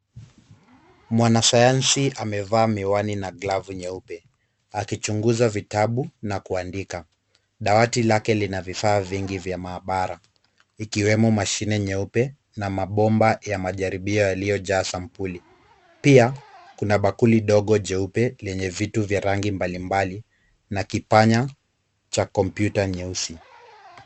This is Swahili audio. Mwanasayansi amevaa miwani na glavu nyeupe akichunguza vitabu na kuandika. Dawati lake lina vifaa vingi vya maabara ikiwemo mashine nyeupe na mabomba ya majaribio yaliyojaa sampuli. Pia kuna bakuli dogo jeupe lenye vitu vya rangi mbalimbali na kipanya cha kompyuta nyeusi.